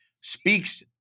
speaks